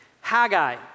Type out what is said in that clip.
Haggai